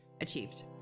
achieved